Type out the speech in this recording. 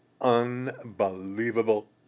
unbelievable